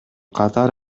катар